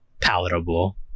palatable